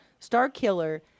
Starkiller